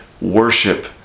worship